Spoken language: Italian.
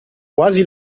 quasi